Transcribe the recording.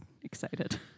excited